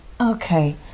Okay